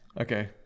Okay